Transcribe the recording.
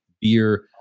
beer